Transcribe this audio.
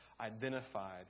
identified